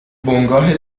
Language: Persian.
بنگاه